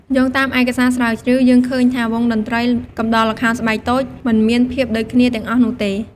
យោងតាមឯកសារស្រាវជ្រាវ យើងឃើញថាវង់តន្ត្រីកំដរល្ខោនស្បែកតូច មិនមានភាពដូចគ្នាទាំងអស់នោះទេ ។